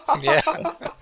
Yes